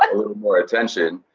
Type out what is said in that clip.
little more attention,